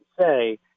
say